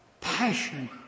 passion